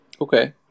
Okay